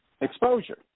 exposure